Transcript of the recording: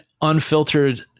unfiltered